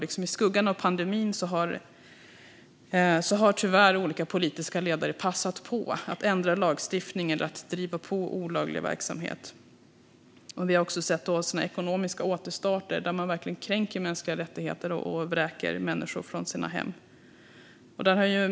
I skuggan av pandemin har tyvärr olika politiska ledare passat på att ändra lagstiftningen och driva på olaglig verksamhet. Vi har sett att man vid ekonomiska återstarter verkligen kränker mänskliga rättigheter och vräker människor från deras hem.